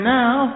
now